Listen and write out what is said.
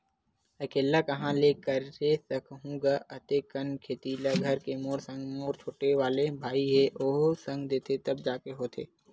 अकेल्ला काँहा ले करे सकहूं गा अते कन खेती ल घर के मोर संग मोर छोटे वाले भाई हे ओहा संग देथे तब जाके होथे